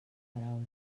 paraules